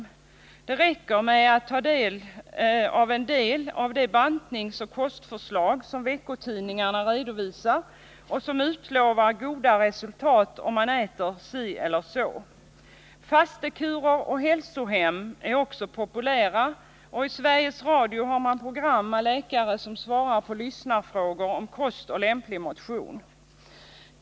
Det räcker med att ta del av de bantningsoch kostförslag som veckotidningarna redovisar och som utlovar goda resultat om man äter si eller så. Fastekurer och hälsohem är också populära, och i Sveriges Radio har man program med läkare som svarar på lyssnarfrågor om kost och lämplig motion.